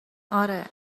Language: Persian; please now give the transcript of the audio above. اره